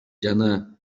жана